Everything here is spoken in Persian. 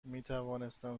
میتوانستم